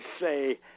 say